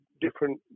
different